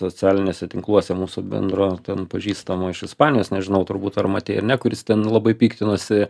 socialiniuose tinkluose mūsų bendro ten pažįstamo iš ispanijos nežinau turbūt ar matei ar ne kuris ten labai piktinosi